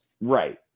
Right